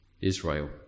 Israel